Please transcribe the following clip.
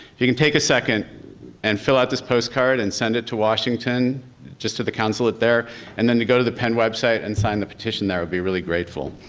he can take a second and fill out this postcard and send it to washington just to the consulate there and then we go to the pen website and sign the petition, that would be really grateful.